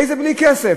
איזה בלי כסף?